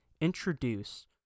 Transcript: introduce